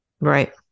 right